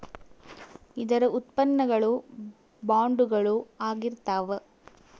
ಇದರ ಉತ್ಪನ್ನ ಗಳು ಬಾಂಡುಗಳು ಆಗಿರ್ತಾವ